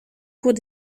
cours